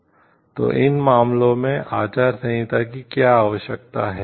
तो इन मामलों में आचार संहिता की क्या आवश्यकता है